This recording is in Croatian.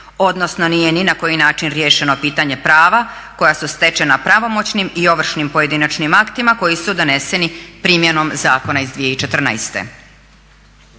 odnosno nije ni na koji način riješeno pitanje prava koja su stečena pravomoćnim i ovršnim pojedinačnim aktima koji su doneseni primjenom zakona iz 2014.